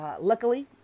luckily